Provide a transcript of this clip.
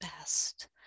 best